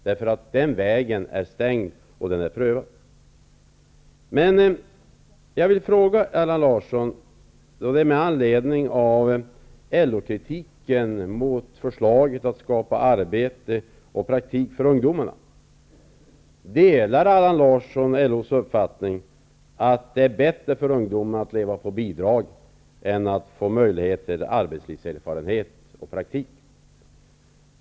Den vägen är prövad och stängd. Larsson delar LO:s uppfattning att det är bättre för ungdomarna att leva på bidrag än att beredas möjlighet till arbetslivserfarenhet och praktik.